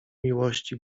miłości